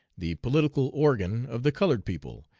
the political organ of the colored people,